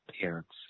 parents